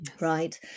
right